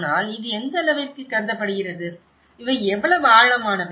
ஆனால் இது எந்த அளவிற்கு கருதப்படுகிறது இவை எவ்வளவு ஆழமானவை